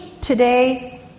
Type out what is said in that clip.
today